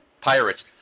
Pirates